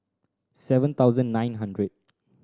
seven thousand nine hundred